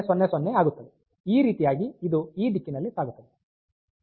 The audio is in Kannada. ಆದ್ದರಿಂದ ಈ ರೀತಿಯಾಗಿ ಇದು ಈ ದಿಕ್ಕಿನಲ್ಲಿ ಸಾಗುತ್ತದೆ